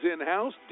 in-house